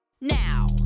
now